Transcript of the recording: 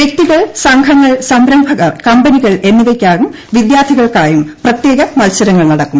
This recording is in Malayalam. വൃക്തികൾ സംഘങ്ങൾ സംരംഭകർ കമ്പനികൾ എന്നിവയ്ക്കായും വിദ്യാർത്ഥികൾക്കായും പ്രത്യേക മൽസരങ്ങൾ നടക്കും